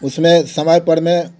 उसमें समय पर में